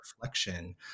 reflection